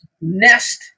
nest